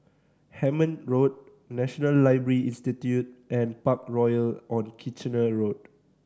Hemmant Road National Library Institute and Parkroyal on Kitchener Road